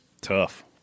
Tough